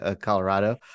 Colorado